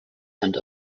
and